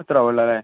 അത്ര ആവൂള്ളല്ലേ